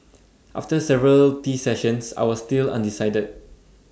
after several tea sessions I was still undecided